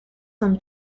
from